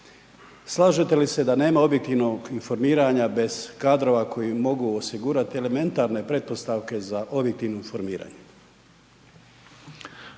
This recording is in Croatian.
Slažete li se da nema objektivnog informiranja bez kadrova koji mogu osigurati elementarne pretpostavke za objektivno informiranje.